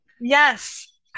Yes